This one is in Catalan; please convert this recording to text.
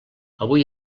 avui